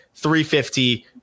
350